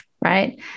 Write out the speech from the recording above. Right